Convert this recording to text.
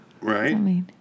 Right